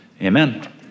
Amen